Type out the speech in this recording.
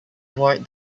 white